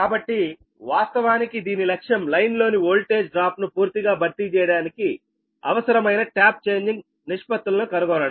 కాబట్టి వాస్తవానికి దీని లక్ష్యం లైన్లోని వోల్టేజ్ డ్రాప్ను పూర్తిగా భర్తీ చేయడానికి అవసరమైన ట్యాప్ చేంజింగ్ నిష్పత్తులను కనుగొనడం